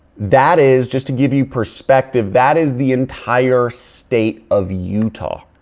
that is just to give you perspective, that is the entire state of utah.